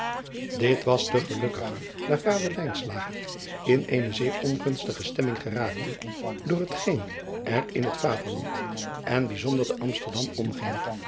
it was te gelukkiger daar vader in eene zeer ongunstige stemming geraakte door hetgeen er in het aderland en bijzonder te msterdam omging